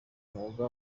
mwuga